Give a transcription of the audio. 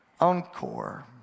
encore